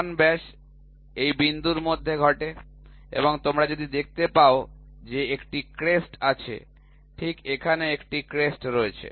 প্রধান ব্যাস এই বিন্দুর মধ্যে ঘটে এবং তোমরা যদি দেখতে পাও যে একটি ক্রেস্ট আছে ঠিক এখানে একটি ক্রেস্ট রয়েছে